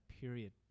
period